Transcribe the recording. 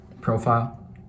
profile